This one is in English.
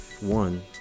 One